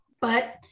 but-